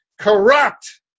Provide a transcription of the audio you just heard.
corrupt